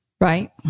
Right